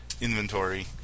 inventory